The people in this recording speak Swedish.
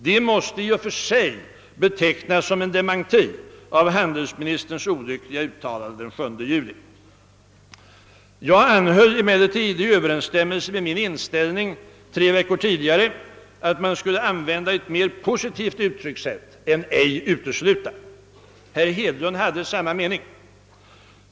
Det måste i och för sig betecknas som en dementi av handelsministerns olyckliga uttalande den 7 juli. Jag anhöll emellertid, i överensstämmelse med min inställning tre veckor tidigare, att man skulle använda ett mer positivt uttryckssätt än »ej utesluta». Herr Hedlund hade samma mening.